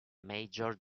major